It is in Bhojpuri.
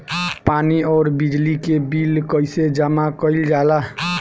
पानी और बिजली के बिल कइसे जमा कइल जाला?